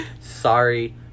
Sorry